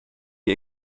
die